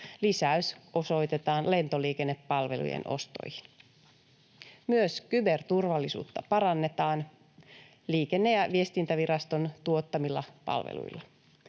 Lisäys osoitetaan lentoliikennepalvelujen ostoihin. Myös kyberturvallisuutta parannetaan Liikenne‑ ja viestintäviraston tuottamilla palveluilla.